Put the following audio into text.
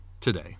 today